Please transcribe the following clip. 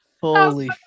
Holy